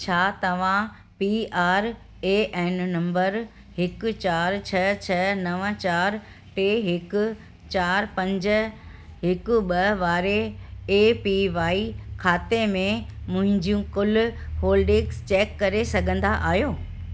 छा तव्हां P R A N number हिकु चारि छह छह नव चारि टे हिकु चारि पंज हिकु ॿ वारे ए पी वाए खाते में मुंहिंजूं कुलु होल्डिंग्स चेक करे सघंदा आहियो